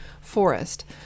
forest